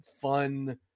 fun